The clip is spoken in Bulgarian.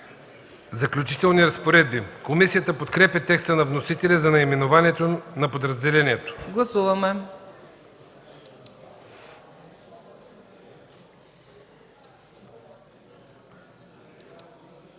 заключителни разпоредби”. Комисията подкрепя текста на вносителя за наименованието на подразделението. Комисията